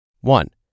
One